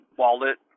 wallet